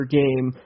game